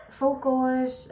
focus